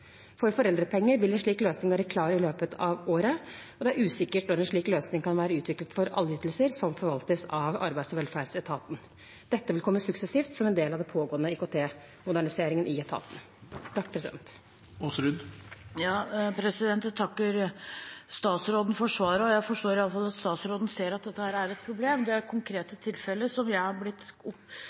For foreldrepenger vil en slik løsning være klar i løpet av året. Det er usikkert når en slik løsning kan være utviklet for alle ytelser som forvaltes av arbeids- og velferdsetaten. Dette vil komme suksessivt som en del av den pågående IKT-moderniseringen i etaten. Jeg takker statsråden for svaret, og jeg forstår iallfall at statsråden ser at dette er et problem. Det konkrete tilfellet jeg har blitt orientert om,